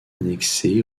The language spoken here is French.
annexée